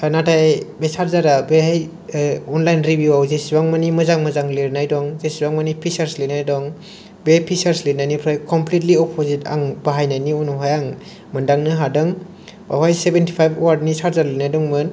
नाथाय बे सार्जारा बेहाय अनलाइन रेभिउआव जेसेबां मानि मोजां मोजां लिरनाय दं जेसेबां मानि फिसार्स लायनाय दं बे फिसार्स लिरनायनिफ्राय कमफ्लिदलि अफजिद आं बाहायनायनि उनावहाय आं मोनदांनो हादों बेवहाय सेभेनति फाइब अवादनि सार्जार लिरनाय दंमोन